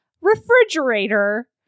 refrigerator